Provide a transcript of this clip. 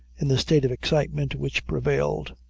in the state of excitement which prevailed.